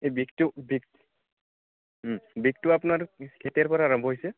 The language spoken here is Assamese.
এই বিষটো বিষ বিষটো আপোনাৰ কেতিয়াৰ পৰা আৰম্ভ হৈছে